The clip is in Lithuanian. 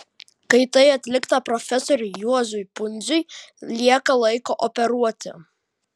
kai tai atlikta profesoriui juozui pundziui lieka laiko operuoti